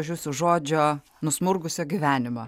už jūsų žodžio nusmurgusio gyvenimo